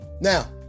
Now